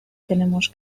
tenemos